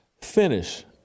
finish